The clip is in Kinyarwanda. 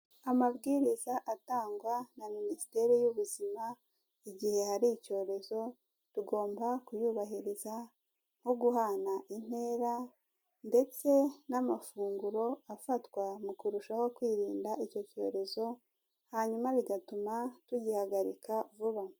Amabwiriza atangwa na Minisiteri y'Ubuzima igihe hari icyorezo, tugomba kuyubahiriza nko guhana intera ndetse n'amafunguro afatwa mu kurushaho kwirinda icyo cyorezo, hanyuma bigatuma tugihagarika vuba.